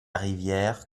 rivière